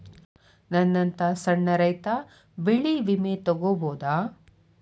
ನನ್ನಂತಾ ಸಣ್ಣ ರೈತ ಬೆಳಿ ವಿಮೆ ತೊಗೊಬೋದ?